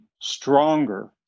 stronger